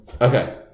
Okay